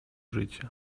życie